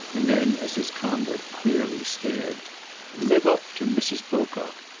and then as his comrade queerly stared live up to mrs. pocock.